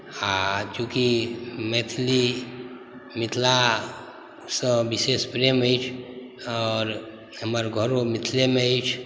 आ चुँकि मैथिली मिथिलासँ विशेष प्रेम अछि आओर हमर घरो मिथिलेमे अछि